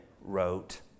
wrote